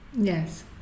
Yes